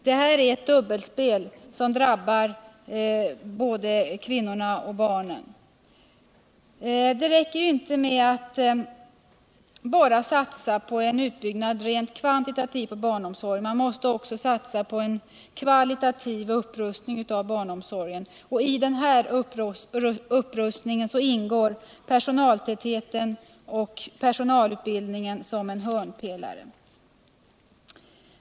Detta är ett dubbelspel som drabbar både kvinnorna och barnen. Det räcker inte med att satsa bara på en rent kvantitativ utbyggnad av barnomsorgen. Man måste här också satsa på en kvalitativ upprustning. I denna upprustning utgör frågor om personaltäthet och personalutbildning hörnpelare.